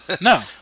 No